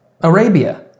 Arabia